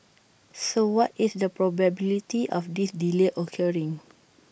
so what is the probability of this delay occurring